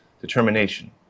determination